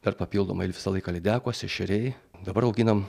dar papildomą ir visą laiką lydekos ešeriai dabar auginam